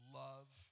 love